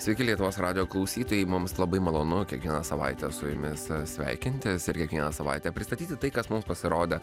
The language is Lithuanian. sveiki lietuvos radijo klausytojai mums labai malonu kiekvieną savaitę su jumis sveikintis ir kiekvieną savaitę pristatyti tai kas mums pasirodė